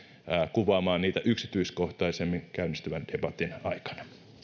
kuvaamaan niitä yksityiskohtaisemmin käynnistyvän debatin aikana